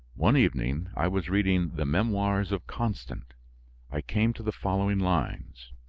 one evening, i was reading the memoirs of constant i came to the following lines